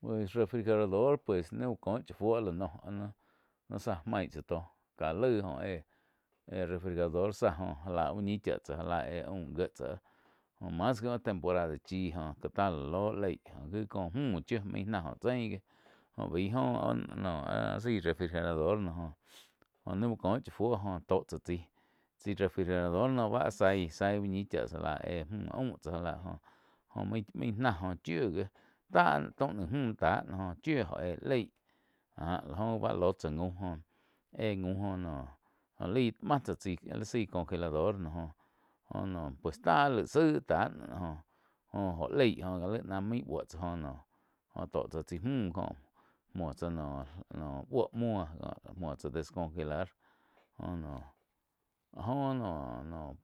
Pues refigerador pues náih íh kó chá fuo lá noh áh ná záh maí tó ká laig óh éh, éh refrigerador záh joh já úh ñi chá tsáh já lá éh aum gie tsáh jóh mas gi temporada chí gó ká tá la lóh leig gaí có müh chiu maig náh jóh chein gí jóh baíh jóh áh-áh zaí refrigerador no jóh, jó naí uh có chá fuo tó tsá chaíg, chái refrigerador noh. Zaí-zái úh ñih já lá éj mju aím tsá já láh jóh main-main náh jóh chíh gí táh taum naih müh táh oh chíu óh éh leíh áh la joh báh lóh tsá gaum éh jaum joh noh jó laih máh tsá chái lí zái congelador joh noh pues táh gí lái zaí táh jó-jó joh leig, náh maín bou tsáh jóh noh tó tsá chaí mjuh có múo tsá noh buí muo, muoh tsá descongelar jóh noh áh joh noh